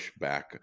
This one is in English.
pushback